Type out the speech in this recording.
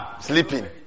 Sleeping